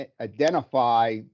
identify